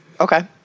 Okay